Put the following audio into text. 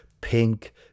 pink